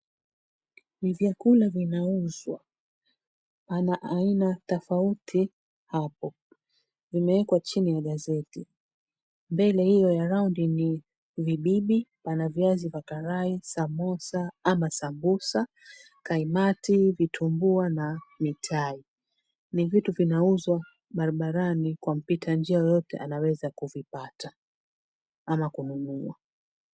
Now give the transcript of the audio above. Vyakula vinauzwa aina aina tofauti, hapo vimewekwa chini gazeti. Mbele hio ya raundi ni vibibi, pana viazi vya karai, samosa ama sambusa, kaimati, vitumbua, na miti. Ni vitu vinauzwa barabarani kwa mpita njia, yoyote anaweza kuvipata ama kununua.